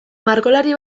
margolari